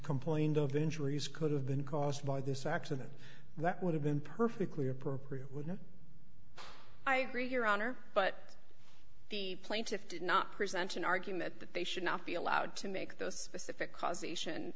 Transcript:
complained of injuries could have been caused by this accident that would have been perfectly appropriate when i read your honor but the plaintiff did not present an argument that they should not be allowed to make those specific causation